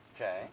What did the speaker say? Okay